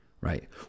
right